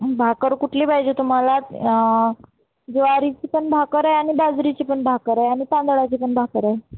भाकरी कुठली पाहिजे तुम्हाला ज्वारीची पण भाकरी आहे आणि बाजरीची पण भाकरी आहे आणि तांदळाची पण भाकरी आहे